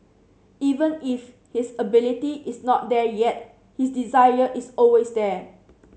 even if his ability is not there yet his desire is always there